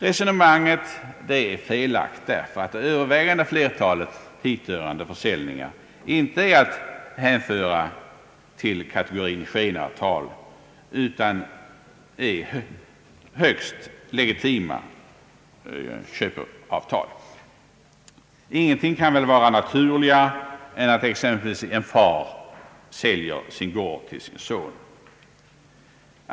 Resonemanget är felaktigt därför att det övervägande flertalet hithörande försäljningar inte är att hänföra till kategorin skenavtal utan är högst legitima köpeavtal. Ingenting kan väl vara naturligare än att exempelvis en far säljer sin gård till sin son.